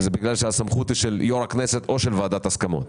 בגלל שהסמכות היא של יושב-ראש הכנסת או של ועדת ההסכמות.